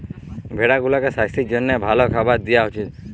ভেড়া গুলাকে সাস্থের জ্যনহে ভাল খাবার দিঁয়া উচিত